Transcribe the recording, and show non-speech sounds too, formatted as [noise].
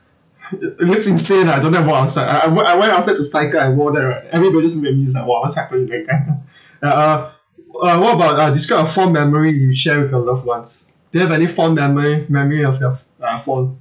it it looks insane ah I don't dare to walk outside I I went I went outside to cycle I wore that right everybody look at me is like !wah! what's happening with that guy [laughs] uh uh uh what about uh describe a fond memory you share with your loved ones do you have any fond memory memory of your f~ uh fond